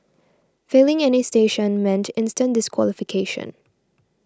failing any station meant instant disqualification